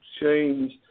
change